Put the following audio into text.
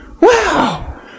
Wow